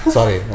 Sorry